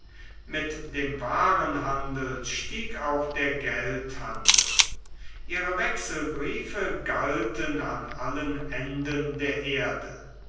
mit dem waarenhandel stieg auch der geldhandel ihre wechselbriefe galten an allen enden der erde